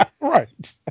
right